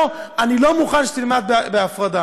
לו: אנחנו לא מוכנים שתלמד בהפרדה?